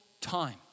time